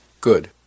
Good